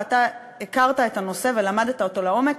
ואתה הכרת את הנושא ולמדת אותו לעומק,